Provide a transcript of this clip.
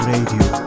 Radio